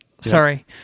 Sorry